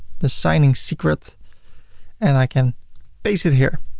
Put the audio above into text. the signing secret and i can paste it here.